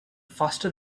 faster